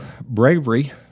bravery